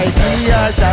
Ideas